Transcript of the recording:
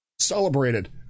celebrated